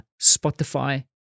Spotify